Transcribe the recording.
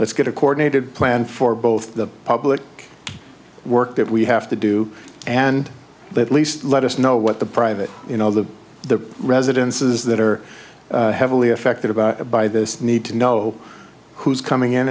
let's get a coordinated plan for both the public work that we have to do and they at least let us know what the private you know the the residences that are heavily affected about by this need to know who's coming in